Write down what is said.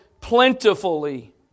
plentifully